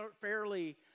fairly